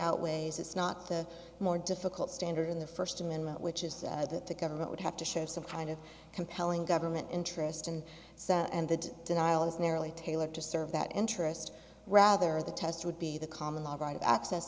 outweighs it's not the more difficult standard in the first amendment which is that the government would have to show some kind of compelling government interest and so on and the denial is narrowly tailored to serve that interest rather the test would be the common law right of access